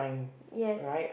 yes